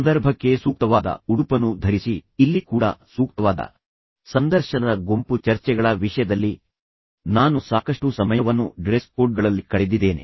ಸಂದರ್ಭಕ್ಕೆ ಸೂಕ್ತವಾದ ಉಡುಪನ್ನು ಧರಿಸಿ ಇಲ್ಲಿ ಕೂಡ ಸೂಕ್ತವಾದ ಸಂದರ್ಶನದ ಗುಂಪು ಚರ್ಚೆಗಳ ವಿಷಯದಲ್ಲಿ ನಾನು ಸಾಕಷ್ಟು ಸಮಯವನ್ನು ಡ್ರೆಸ್ ಕೋಡ್ಗಳಲ್ಲಿ ಕಳೆದಿದ್ದೇನೆ